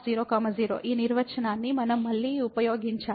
ఈ నిర్వచనాన్ని మనం మళ్ళీ ఉపయోగించాలి